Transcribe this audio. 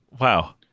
Wow